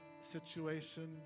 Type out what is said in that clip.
situation